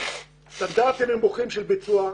"סטנדרטים נמוכים של ביצוע,